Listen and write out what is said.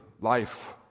life